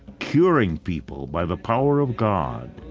curing people by the power of god,